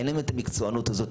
אין להם את המקצוענות הזו,